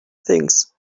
things